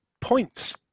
points